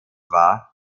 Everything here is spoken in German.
war